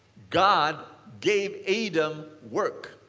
god gave adam work.